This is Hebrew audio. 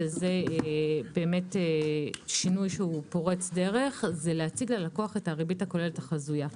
וזה שינוי פורץ דרך זה להציג לקוח את הריבית הכוללת החזויה.